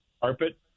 carpet